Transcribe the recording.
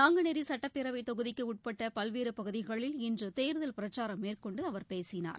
நாங்குநேரி சுட்டப்பேரவைத் தொகுதிக்கு உட்பட்ட பல்வேறு பகுதிகளில் இன்று தேர்தல் பிரச்சாரம் மேற்கொண்டு அவர் பேசினார்